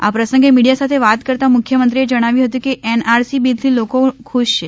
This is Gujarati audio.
આ પ્રસંગે મીડિયાસાથે વાત કરતા મુખ્યમંત્રીએ જણાવ્યું હતું કે એનઆરસી બિલથી લોકોખુશ છે